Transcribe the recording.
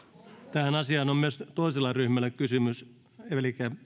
tähän asiaan on myös toisella ryhmällä kysymys elikkä